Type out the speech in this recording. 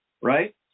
Right